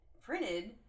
printed